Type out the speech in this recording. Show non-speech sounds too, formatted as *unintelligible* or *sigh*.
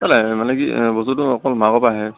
কেলে মানে কি বস্তুটো অকল *unintelligible* আহে